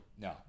No